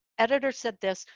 editor said this,